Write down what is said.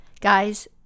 Guys